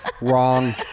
wrong